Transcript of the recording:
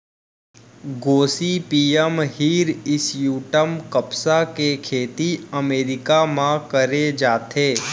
Gossypium hirsutum कपसा के खेती अमेरिका म करे जाथे